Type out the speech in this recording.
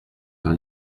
par